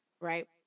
right